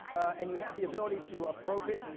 and you have the ability to approp it,